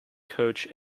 coach